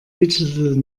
digital